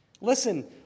Listen